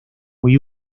muy